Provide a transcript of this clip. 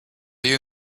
you